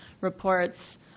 reports